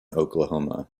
oklahoma